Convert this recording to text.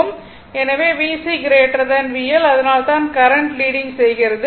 எனவே VC VL அதனால்தான் current leading செய்கிறது